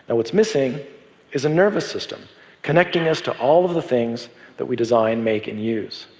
and what's missing is a nervous system connecting us to all of the things that we design, make and use.